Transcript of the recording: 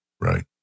Right